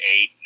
eight